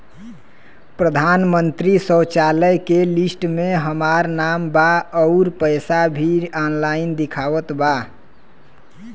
प्रधानमंत्री शौचालय के लिस्ट में हमार नाम बा अउर पैसा भी ऑनलाइन दिखावत बा